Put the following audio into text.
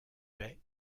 baies